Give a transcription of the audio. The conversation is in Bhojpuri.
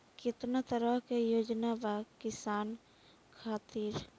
केतना तरह के योजना बा किसान खातिर?